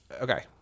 Okay